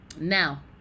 Now